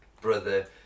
brother